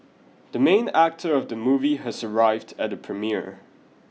the main actor of the movie has arrived at the premiere